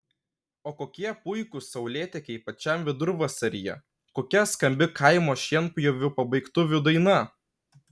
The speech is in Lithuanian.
o kokie puikūs saulėtekiai pačiam vidurvasaryje kokia skambi kaimo šienpjovių pabaigtuvių daina